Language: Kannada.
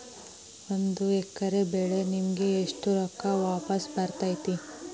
ಒಂದು ಎಕರೆ ಬೆಳೆ ವಿಮೆಗೆ ಎಷ್ಟ ರೊಕ್ಕ ವಾಪಸ್ ಬರತೇತಿ?